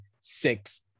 six